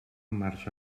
marxa